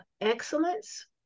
excellence